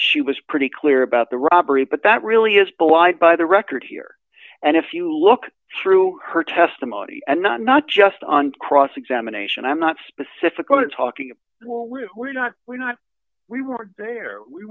she was pretty clear about the robbery but that really is belied by the record here and if you look through her testimony and not not just on cross examination i'm not specifically talking we're not we're not we weren't there we